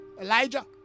Elijah